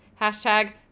Hashtag